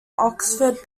oxford